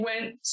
went